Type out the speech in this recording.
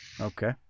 Okay